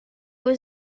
was